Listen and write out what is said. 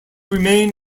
remain